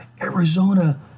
Arizona